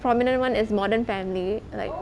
prominent [one] is modern family like